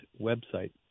website